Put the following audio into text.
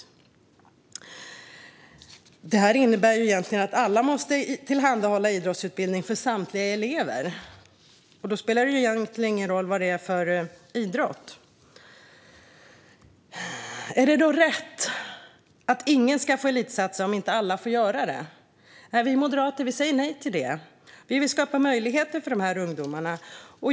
Skolinspektionens beslut innebär att praktiskt taget alla måste tillhandahålla idrottsutrustning för samtliga elever, och då spelar det ingen roll vad det är för idrott. Är det då rätt att ingen ska få elitsatsa om inte alla får göra det? Vi moderater säger nej till det. Vi vill skapa möjligheter för dessa ungdomar.